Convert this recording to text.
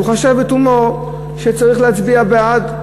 הוא חשב לתומו שצריך להצביע בעד.